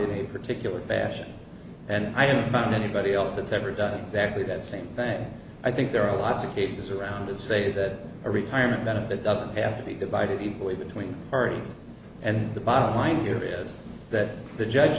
a particular bash and i have found anybody else that's ever done exactly that same thing i think there are a lot of cases around it say that a retirement benefit doesn't have to be divided equally between her and the bottom line here is that the judge